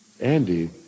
andy